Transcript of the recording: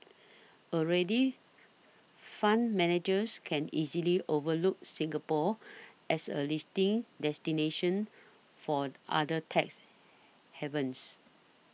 already fund managers can easily overlook Singapore as a listing destination for other tax havens